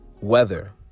weather